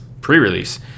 pre-release